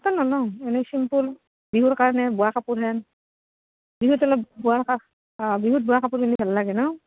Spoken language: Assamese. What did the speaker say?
এনেই চিম্পুল বিহুৰ কাৰণে বোৱা কাপোৰহেন বিহুত অলপ বোৱা বিহুত বোৱা কাপোৰ কিনি ভাল লাগে ন